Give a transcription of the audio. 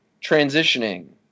Transitioning